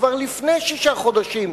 כבר לפני שישה חודשים,